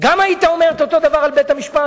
גם היית אומר אותו הדבר על בית-המשפט?